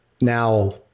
now